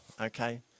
okay